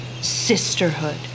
sisterhood